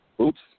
Oops